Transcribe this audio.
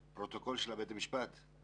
בפרוטוקול של בית המשפט יש שורה בה